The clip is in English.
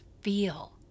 feel